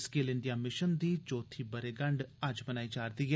skill India mission दी चौथी ब'रेगंड अज्ज मनाई जा'रदी ऐ